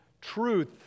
truth